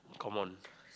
come on